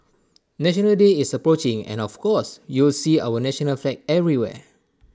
National Day is approaching and of course you'll see our national flag everywhere